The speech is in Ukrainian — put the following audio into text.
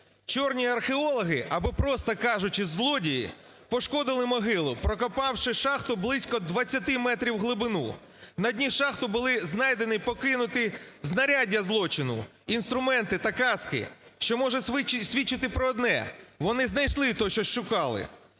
Чорні археологи або, просто кажучи, злодії пошкодили могилу, прокопавши шахту близько 20 метрів в глибину. На дні шахти були знайдені покинуті знаряддя злочину, інструменти та каски, що може свідчити про одне: вони знайшли те, що шукали.